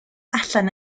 allan